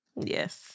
Yes